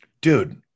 Dude